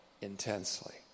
intensely